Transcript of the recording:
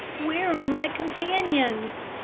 where are my companions?